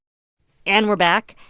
and we're back.